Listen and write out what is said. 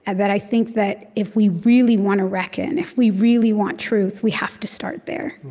and that i think that if we really want to reckon, if we really want truth, we have to start there